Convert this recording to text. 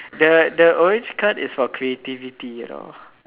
the the orange card is for creativity you know